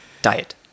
Diet